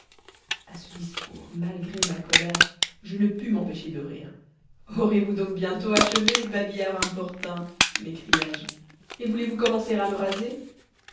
à ce discours malgré ma colère je ne pus m'empêcher de rire aurez-vous donc bientôt achevé babillard importun m'écriai-je et voulez-vous commencer à me raser